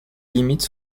limite